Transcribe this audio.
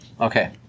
Okay